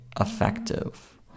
effective